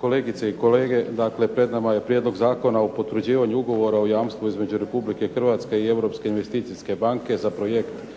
Kolegice i kolege. Dakle, pred nama je Prijedlog zakona o potvrđivanju Ugovora o jamstvu između Republike Hrvatske i Europske investicijske banke za Projekt obnova